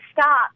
stop